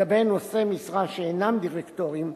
לגבי נושאי משרה שאינה דירקטורים,